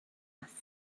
است